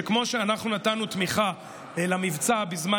שכמו שאנחנו נתנו תמיכה למבצע בזמן